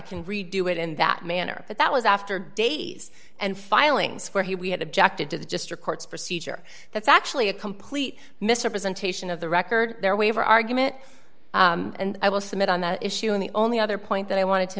can redo it in that manner but that was after days and filings where he we had objected to the district court's procedure that's actually a complete misrepresentation of the record their waiver argument and i will submit on the issue in the only other point that i wanted to